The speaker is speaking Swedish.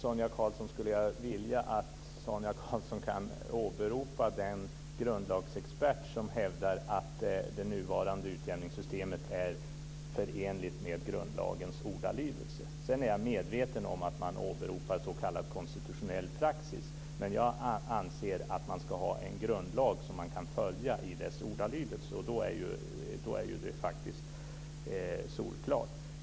Fru talman! Jag skulle vilja att Sonia Karlsson kunde åberopa den grundlagsexpert som hävdar att det nuvarande utjämningssystemet är förenligt med grundlagens ordalydelse. Jag är medveten om att s.k. konstitutionell praxis åberopas men jag anser att man ska ha en grundlag vars ordalydelse man kan följa. Då är det hela solklart.